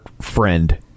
friend